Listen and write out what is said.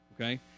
okay